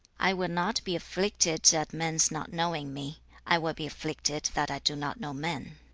i will not be afflicted at men's not knowing me i will be afflicted that i do not know men